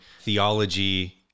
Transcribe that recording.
theology